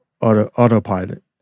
autopilot